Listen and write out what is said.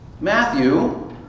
Matthew